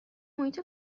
محیط